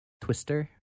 twister